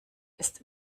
ist